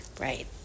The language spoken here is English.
Right